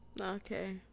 Okay